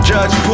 Judge